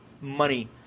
money